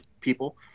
people